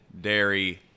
Dairy